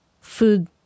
food